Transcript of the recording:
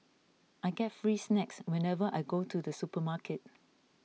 I get free snacks whenever I go to the supermarket